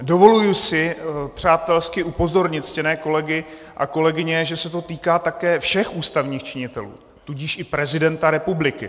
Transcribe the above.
Dovoluji si přátelsky upozornit ctěné kolegy a kolegyně, že se to týká také všech ústavních činitelů, tudíž i prezidenta republiky.